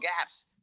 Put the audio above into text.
gaps